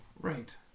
Right